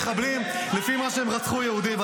המחבלים בחליפות.